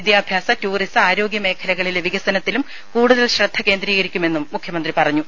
വിദ്യാഭ്യാസ ടൂറിസ ആരോഗ്യ മേഖലകളിലെ വികസനത്തിലും കൂടുതൽ ശ്രദ്ധകേന്ദ്രീകരിക്കുമെന്ന് മുഖ്യമന്ത്രി പറഞ്ഞു